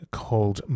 called